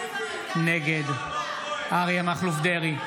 נגד אריה מכלוף דרעי,